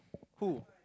who